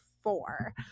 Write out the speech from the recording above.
four